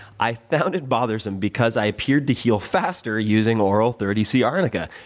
i found it bothersome because i appeared to heal faster using oral thirty c arnica.